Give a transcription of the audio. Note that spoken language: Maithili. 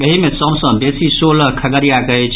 एहि मे सभ सॅ बेसी सोलह खगड़ियाक अछि